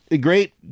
Great